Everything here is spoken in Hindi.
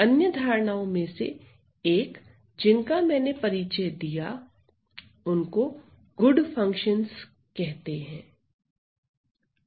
अन्य धारणाओं में से एक जिनका मैंने परिचय दिया उनको गुड फंक्शंस कहते हैं